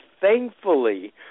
thankfully